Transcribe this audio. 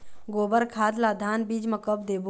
गोबर खाद ला धान बीज म कब देबो?